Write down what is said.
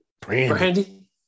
Brandy